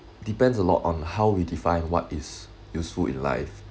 depends a lot on how we define what is useful in life